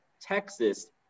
Texas